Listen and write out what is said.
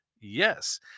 Yes